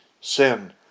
Sin